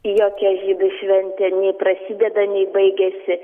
jokia žydų šventė nei prasideda nei baigiasi